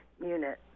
unit